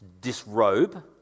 disrobe